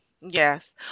Yes